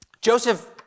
Joseph